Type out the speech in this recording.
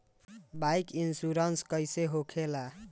Bike insurance कैसे होखे ला?